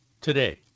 today